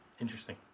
Interesting